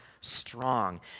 strong